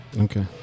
Okay